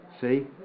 see